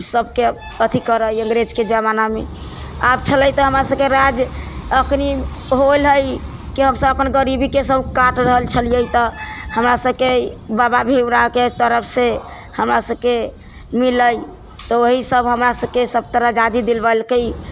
सबके अथी करै अंग्रेजके जमानामे आब छलै तऽ हमरा सबके राज अखनी होल है कि हमसब अपन गरीबीके सब काट रहल छलियै तऽ हमरा सबके बाबा भीमरावके तरफसँ हमरा सबके मिलै तऽ ओही सब हमरा सबके सब तरह आजादी दिलबलकै